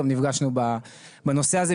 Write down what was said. גם נפגשנו בנושא הזה,